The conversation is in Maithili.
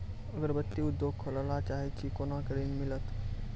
अगरबत्ती उद्योग खोले ला चाहे छी कोना के ऋण मिलत?